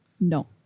No